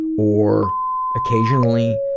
or occasionally,